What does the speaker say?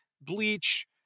bleach